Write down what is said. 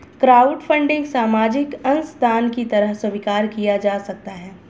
crowdfunding सामाजिक अंशदान की तरह स्वीकार किया जा सकता है